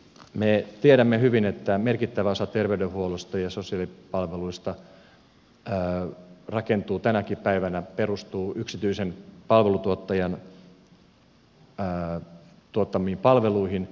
me tiedämme hyvin että merkittävä osa terveydenhuollosta ja sosiaalipalveluista tänäkin päivänä perustuu yksityisen palveluntuottajan tuottamiin palveluihin